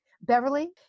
Beverly